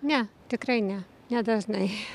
ne tikrai ne nedažnai